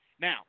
Now